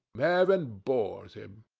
heaven bores him.